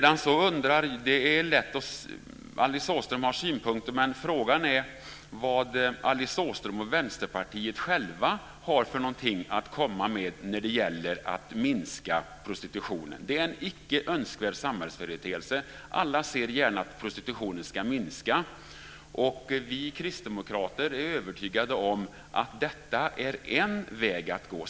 Alice Åström har synpunkter, men frågan är vad Alice Åström och Vänsterpartiet själva har för någonting att komma med när det gäller att minska prostitutionen. Det är en icke önskvärd samhällsföreteelse. Alla ser gärna att prostitutionen ska minska. Vi kristdemokrater är övertygade om att detta är en väg att gå.